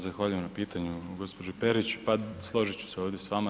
Zahvaljujem na pitanju gospođo Perić, pa složit ću se ovdje s vama.